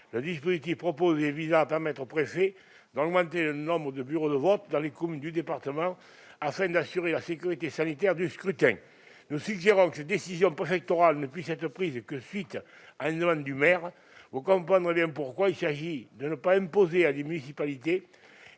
le dispositif proposé tendant à permettre au préfet d'augmenter le nombre de bureaux de vote dans les communes du département afin d'assurer la sécurité sanitaire du scrutin. Nous suggérons que cette décision préfectorale ne puisse être prise qu'à la demande du maire. Vous comprenez bien pourquoi, mes chers collègues : il s'agit de ne pas imposer à des municipalités